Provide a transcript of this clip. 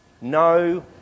no